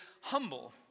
humble